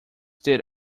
ter